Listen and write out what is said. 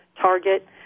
Target